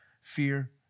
fear